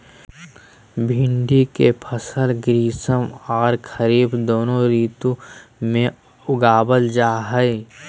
भिंडी के फसल ग्रीष्म आर खरीफ दोनों ऋतु में उगावल जा हई